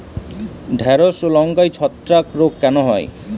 ঢ্যেড়স ও লঙ্কায় ছত্রাক রোগ কেন হয়?